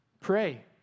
pray